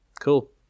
cool